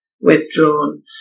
withdrawn